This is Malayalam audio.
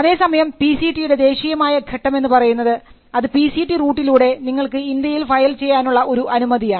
അതേസമയം പിസിടി യുടെ ദേശീയമായ ഘട്ടം എന്ന് പറയുന്നത് അത് പിസിടി റൂട്ടിലൂടെ നിങ്ങൾക്ക് ഇന്ത്യയിൽ ഫയൽ ചെയ്യാനുള്ള ഒരു അനുമതിയാണ്